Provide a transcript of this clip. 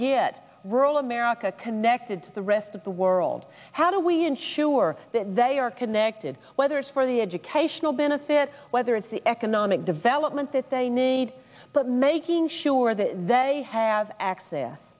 get rural america connected to the rest of the world how do we ensure that they are connected whether it's for the educational benefit whether it's the economic development that they need but making sure that they have access